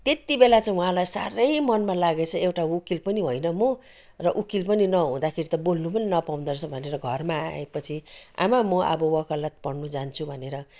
त्यति बेला चाहिँ उहाँलाई साह्रै मनमा लागेछ एउटा वकिल होइन म र वकिल पनि नहुँदाखेरि त बोल्नु पनि नपाउँदो रहेछ भनेर घरमा आएपछि आमा म अब वकालत पढ्न जान्छु भनेर